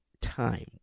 time